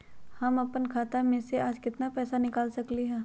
हम अपन खाता में से आज केतना पैसा निकाल सकलि ह?